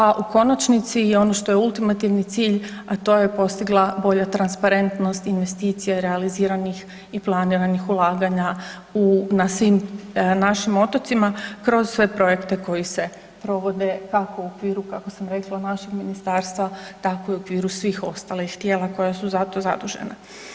A u konačnici i ono što je ultimativni cilj, a to je postigla bolja transparentnost investicija realiziranih i planiranih ulaganja na svim našim otocima kroz sve projekte koji se provode kako u okviru kako sam rekla našeg ministarstva tako i u okviru svih ostalih tijela koja su za to zadužena.